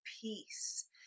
peace